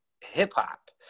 hip-hop